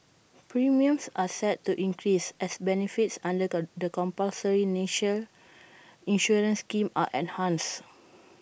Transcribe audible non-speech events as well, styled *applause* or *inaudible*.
premiums are set to increase as benefits under *unintelligible* the compulsory national insurance scheme are enhanced